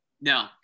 No